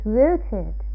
rooted